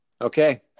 Okay